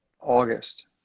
August